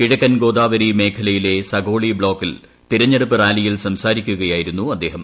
കിഴക്കൻ ഗോദാവരി മേഖലയിലെ സകോളി ബ്ലോക്കിൽ തിരഞ്ഞെടുപ്പ് റാലിയിൽ സംസാരിക്കുകയായിരുന്നു അദ്ദേഹം